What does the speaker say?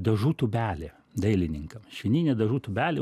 dažų tūbelė dailininkam švininė dažų tūbelė